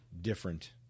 different